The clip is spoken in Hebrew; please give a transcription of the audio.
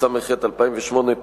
התשס"ח 2008,